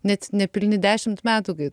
net nepilni dešimt metų kai